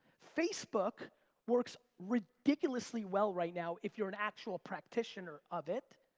facebook works ridiculously well right now if you're an actual practitioner of it.